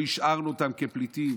לא השארנו אותם כפליטים,